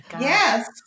Yes